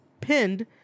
pinned